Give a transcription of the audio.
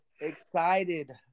excited